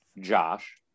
Josh